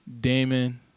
Damon